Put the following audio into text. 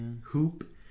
hoop